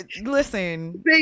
listen